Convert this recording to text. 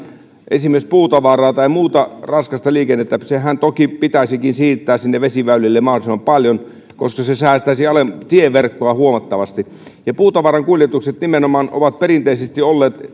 esimerkiksi puutavaraa tai muuta raskasta liikennettä sehän toki pitäisikin siirtää sinne vesiväylille mahdollisimman paljon koska se säästäisi tieverkkoa huomattavasti ja puutavaran kuljetukset nimenomaan ovat perinteisesti olleet